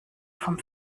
vom